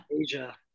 asia